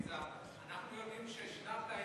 כי אנחנו יודעים שישבת עם